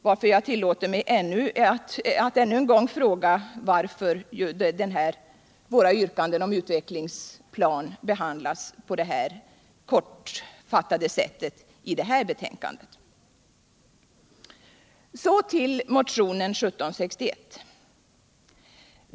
Därför tillåter jag mig att ännu en gång fråga, varför våra yrkanden om en utvecklingsplan behandlas på ett så kortfattat sätt i det här betänkandet. Så till motionen 1761.